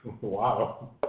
Wow